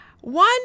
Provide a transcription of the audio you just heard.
One